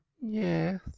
yes